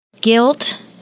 Guilt